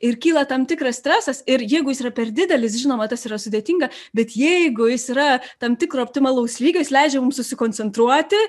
ir kyla tam tikras stresas ir jeigu jis yra per didelis žinoma tas yra sudėtinga bet jeigu jis yra tam tikro optimalaus lygio jis leidžia mums susikoncentruoti